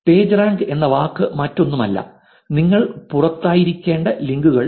PageRank എന്ന വാക്ക് മറ്റൊന്നുമല്ല നിങ്ങൾ പുറത്തായിരിക്കേണ്ട ലിങ്കുകൾ